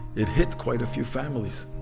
it hit quite a few families.